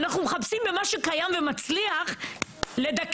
אנחנו מחפשים במה שקיים ומצליח לדכא.